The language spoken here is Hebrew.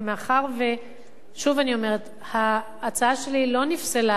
מאחר שההצעה שלי לא נפסלה,